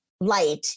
Light